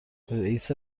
رئیس